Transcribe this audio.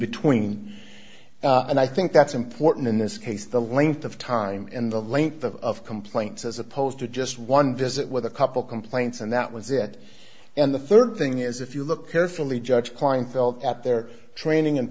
between and i think that's important in this case the length of time and the length of complaints as opposed to just one visit with a couple complaints and that was it and the rd thing is if you look carefully judge kleinfeld at their training and